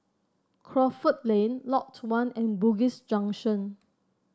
Crawford Lane Lot One and Bugis Junction